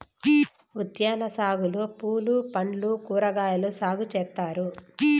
ఉద్యాన సాగులో పూలు పండ్లు కూరగాయలు సాగు చేత్తారు